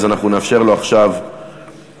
אז אנחנו נאפשר לו עכשיו לדבר.